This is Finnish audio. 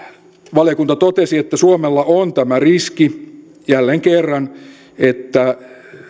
valiokunta totesi että suomella on tämä riski jälleen kerran että